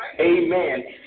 Amen